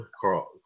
Carl